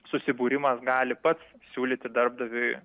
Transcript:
susibūrimas gali pats siūlyti darbdaviui